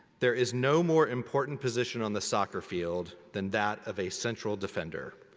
there is no more important position on the soccer field than that of a central defender.